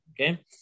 okay